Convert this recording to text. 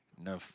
no